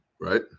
right